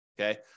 Okay